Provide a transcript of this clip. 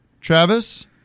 Travis